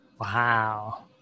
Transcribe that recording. Wow